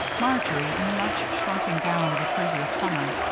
marjory, in the much shrunken gown of a previous summer,